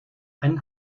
ein